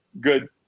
good